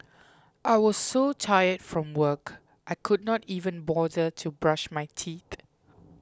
I was so tired from work I could not even bother to brush my teeth